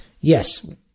Yes